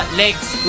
legs